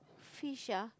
fish ah